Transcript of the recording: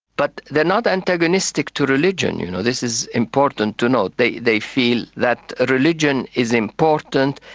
but they're not antagonistic to religion you know. this is important to note. they they feel that ah religion is important,